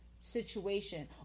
situation